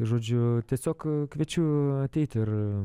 žodžiu tiesiog kviečiu ateiti ir